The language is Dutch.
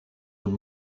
een